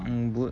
mm bo~